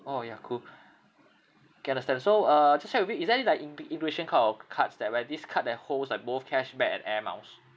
orh ya cool K understand so uh just check with you is there any like in be~ impression kind of cards that where this card that holds like both cashback and air miles